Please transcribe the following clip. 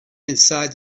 inside